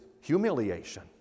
humiliation